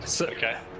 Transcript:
Okay